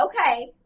Okay